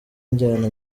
njyana